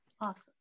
Awesome